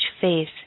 face